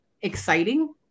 exciting